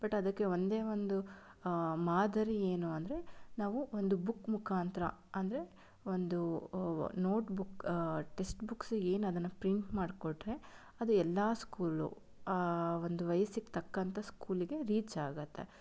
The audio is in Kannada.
ಬಟ್ ಅದಕ್ಕೆ ಒಂದೇ ಒಂದು ಮಾದರಿ ಏನು ಅಂದರೆ ನಾವು ಒಂದು ಬುಕ್ ಮುಖಾಂತರ ಅಂದರೆ ಒಂದು ನೋಟ್ಬುಕ್ ಟೆಸ್ಟ್ಬುಕ್ಸ್ ಏನದನ್ನು ಪ್ರಿಂಟ್ ಮಾಡಿಕೊಟ್ಟರೆ ಅದು ಎಲ್ಲ ಸ್ಕೂಲು ಒಂದು ವಯಸ್ಸಿಗೆ ತಕ್ಕಂಥ ಸ್ಕೂಲಿಗೆ ರೀಚ್ ಆಗತ್ತೆ